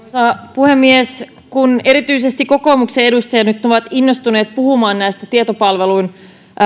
puhemies kun erityisesti kokoomuksen edustajat nyt ovat innostuneet puhumaan näistä tietopalvelun